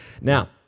Now